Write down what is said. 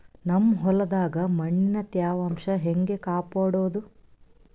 ನಮ್ ಹೊಲದಾಗ ಮಣ್ಣಿನ ತ್ಯಾವಾಂಶ ಹೆಂಗ ಕಾಪಾಡೋದು?